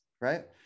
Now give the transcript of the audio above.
Right